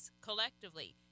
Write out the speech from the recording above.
collectively